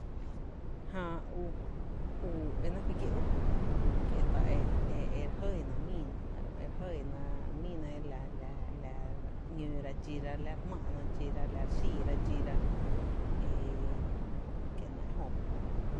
Jää u, é náá’ fí kié’ u, u ta e náá’ fy kié’ e re jɇɇna míína ‘nɇɇ ro’ e re jɇɇna míi na e la la la re ‘nóóra dxíra, e la re jmⱥ’na dxira, la re xííra dxíra e kie’ ‘néé’ e jöba.